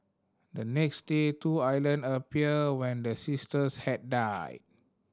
the next day two island appeared when the sisters had died